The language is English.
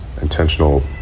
intentional